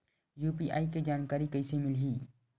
UPI के जानकारी कइसे मिलही?